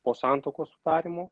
po santuokos sudarymo